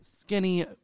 Skinny